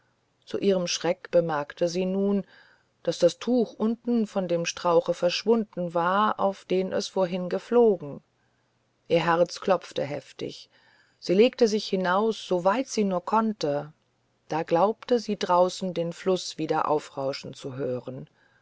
zu ihrem schreck bemerkte sie nun daß das tuch unten von dem strauche verschwunden war auf den es vorhin geflogen ihr herz klopfte heftig sie legte sich hinaus so weit sie nur konnte da glaubte sie draußen den fluß wieder aufrauschen zu hören